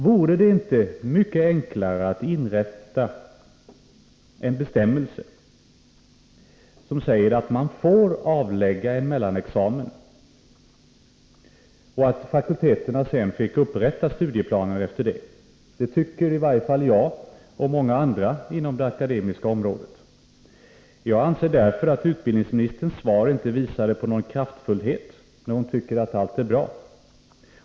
Vore det inte mycket enklare att införa en bestämmelse som säger att man får avlägga en mellanexamen och att fakulteterna sedan får upprätta studieplaner efter det? Det tycker i varje fall jag och många andra inom det akademiska området. Jag anser att utbildningsministerns svar inte visar på någon kraftfullhet när hon tycker att allt är bra.